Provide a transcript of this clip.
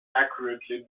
accurately